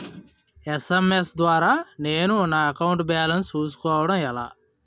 SMS ద్వారా నేను నా అకౌంట్ బాలన్స్ చూసుకోవడం ఎలా?